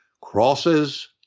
crosses